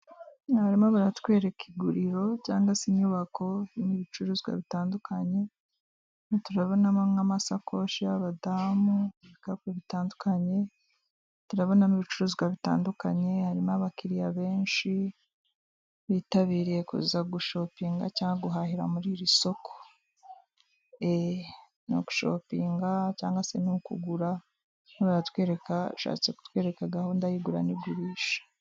Barimo baratwereka iguriro cyangwa se inyubako, n'ibicuruzwa bitandukanye, turabonamo nk'amasakoshi y'abadamu, mu bikapu bitandukanye, turabonamo ibicuruzwa bitandukanye harimo abakiriya benshi bitabiriye kuza gushopinga cyangwa guhahira muri iri soko, gushopinga cyangwa se n'ukugura batwereka ushatse kutwereka gahunda y'igurisha.